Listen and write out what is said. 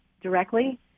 directly